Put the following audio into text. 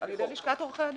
על ידי לשכת עורכי הדין.